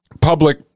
public